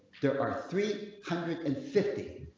there are three hundred and fifty.